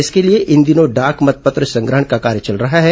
इसके लिए इन दिनों डाक मतपत्र संग्रहण का कार्य चल रहा है